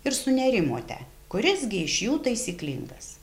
ir sunerimote kuris gi iš jų taisyklingas